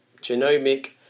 genomic